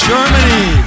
Germany